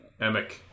emic